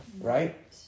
right